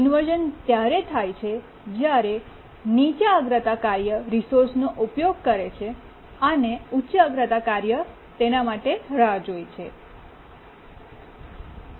inversion ત્યારે થાય છે જ્યારે નીચી નીચા અગ્રતા કાર્ય રિસોર્સનો ઉપયોગ કરે છે અને ઉચ્ચ અગ્રતા કાર્ય રાહ જોતા હોય છે